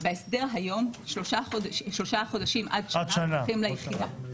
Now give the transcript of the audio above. בהסדר היום שלושה חודשים עד שנה הולכים ליחידה.